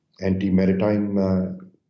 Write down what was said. anti-maritime